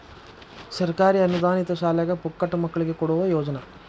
ಸರ್ಕಾರಿ ಅನುದಾನಿತ ಶಾಲ್ಯಾಗ ಪುಕ್ಕಟ ಮಕ್ಕಳಿಗೆ ಕೊಡುವ ಯೋಜನಾ